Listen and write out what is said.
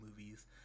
movies